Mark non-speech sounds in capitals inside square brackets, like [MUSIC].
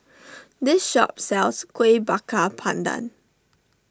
[NOISE] this shop sells Kuih Bakar Pandan